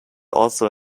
also